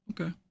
Okay